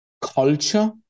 culture